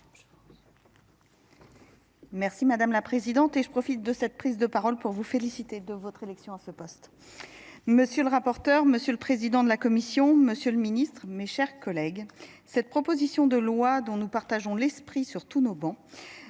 Merci, Mᵐᵉ la Présidente, et je profite de cette prise de parole pour vous féliciter de votre élection à ce poste, M. le rapporteur, M. le Président de la Commission, M. le Ministre, mes chers collègues, cette proposition de loi dont nous partageons l'esprit sur tous nos bancs,